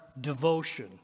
devotion